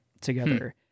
together